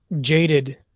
jaded